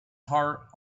heart